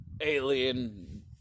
alien